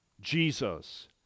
jesus